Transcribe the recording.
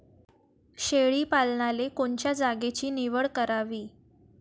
शेळी पालनाले कोनच्या जागेची निवड करावी?